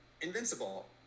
invincible